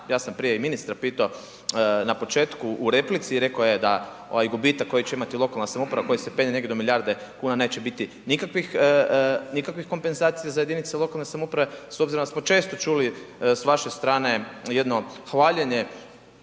ja sam prije i ministra pitao na početku u replici, rekao je da ovaj gubitak koji će imati lokalna samouprava koji se penje negdje do milijarde kuna neće biti nikakvih kompenzacija za jedinice lokalne samouprave s obzirom da smo često čuli s vaše strane jedno hvaljenje